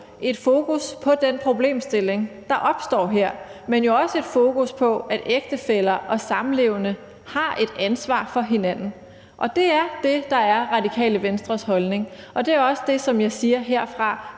et fokus på den problemstilling, der opstår her, men jo også et fokus på, at ægtefæller og samlevende har et ansvar for hinanden. Og det er det, der er Radikale Venstres holdning, og det er også det, som jeg siger her fra